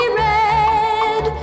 red